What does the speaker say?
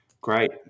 great